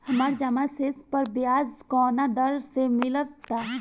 हमार जमा शेष पर ब्याज कवना दर से मिल ता?